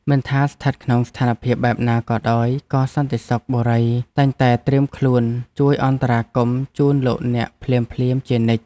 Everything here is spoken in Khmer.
មិនថាស្ថិតក្នុងស្ថានភាពបែបណាក៏ដោយក៏សន្តិសុខបុរីតែងតែត្រៀមខ្លួនជួយអន្តរាគមន៍ជូនលោកអ្នកភ្លាមៗជានិច្ច។